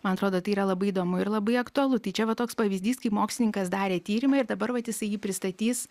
man atrodo tai yra labai įdomu ir labai aktualu tai čia va toks pavyzdys kaip mokslininkas darė tyrimą ir dabar vat jisai jį pristatys